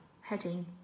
heading